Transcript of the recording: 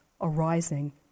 arising